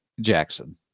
Jackson